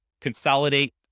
consolidate